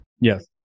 Yes